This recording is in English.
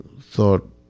thought